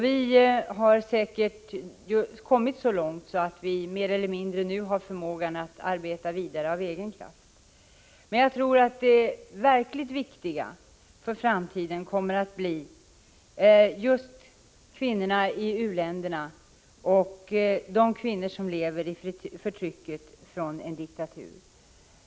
Vi har säkert kommit så långt att vi nu mer eller mindre har förmågan att arbeta vidare av egen kraft. Men jag tror att det verkligt viktiga för framtiden kommer att gälla kvinnorna i u-länderna och de kvinnor som lever i förtrycket från en diktatur.